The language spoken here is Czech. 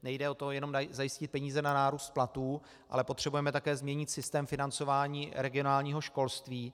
Nejde jenom o to zajistit peníze na nárůst platů, ale potřebujeme také změnit systém financování regionálního školství.